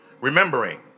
Remembering